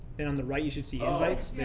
then, on the right, you should see ah invites.